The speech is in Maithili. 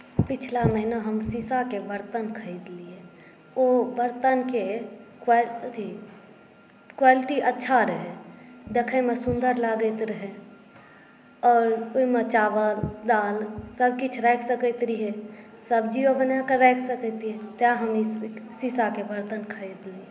पिछला महिना हम शीशाके बरतन खरीदलियै ओ बरतनके अथी क्वालिटी अच्छा रहै देखैमे सुन्दर लागैत रहै आओर ओहिमे चावल दालि सबकिछु राखि सकैत रहियै सब्जीयो बनाए कऽ राखि सकैत रहियै तैं हम शीशाके बरतन खरीदलियै